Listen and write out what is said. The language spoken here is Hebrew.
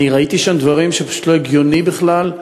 אני ראיתי שם דברים פשוט לא הגיוניים בכלל.